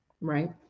right